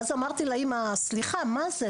ואז אמרתי לאמא סליחה מה זה?